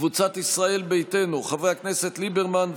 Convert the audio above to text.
קבוצת סיעת ישראל ביתנו: חברי הכנסת אביגדור ליברמן,